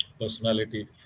personality